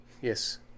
Yes